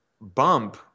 bump